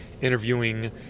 interviewing